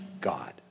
God